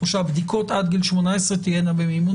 או שהבדיקות עד גיל 18 תהיינה במימון